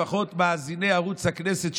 לפחות מאזיני ערוץ הכנסת,